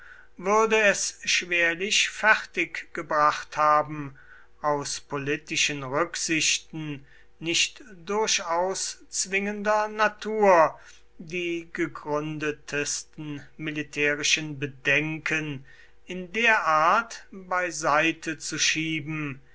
würde es schwerlich fertig gebracht haben aus politischen rücksichten nicht durchaus zwingender natur die gegründetsten militärischen bedenken in der art beiseite zu schieben